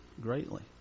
greatly